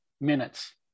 minutes